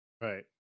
Right